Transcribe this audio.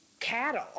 Cattle